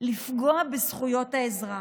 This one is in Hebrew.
לפגוע בזכויות האזרח: